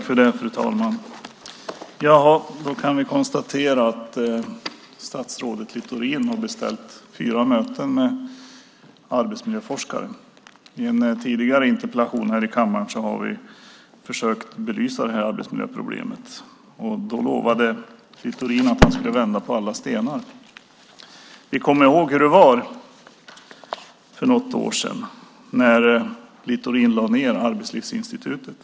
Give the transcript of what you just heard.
Fru talman! Då kan vi konstatera att statsrådet Littorin har beställt fyra möten med arbetsmiljöforskare. I en tidigare interpellation här i kammaren har vi försökt belysa arbetsmiljöproblemet. Då lovade Littorin att han skulle vända på alla stenar. Vi kommer ihåg hur det var för något år sedan, när Littorin lade ned Arbetslivsinstitutet.